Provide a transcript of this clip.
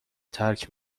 ترک